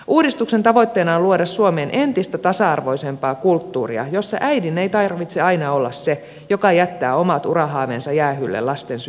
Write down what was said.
uudistuksen tavoitteena on luoda suomeen entistä tasa arvoisempaa kulttuuria jossa äidin ei tarvitse aina olla se joka jättää omat urahaaveensa jäähylle lasten syntyessä